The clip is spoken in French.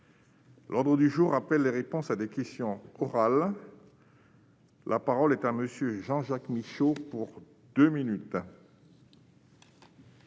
L'ordre du jour appelle les réponses à des questions orales. La parole est à M. Jean-Jacques Michau, auteur de